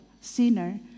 sinner